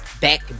Back